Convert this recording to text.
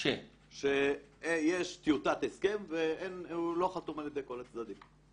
יש טיוטת הסכם והוא לא חתום על ידי כל הצדדים.